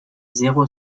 zéro